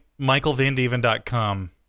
michaelvandeven.com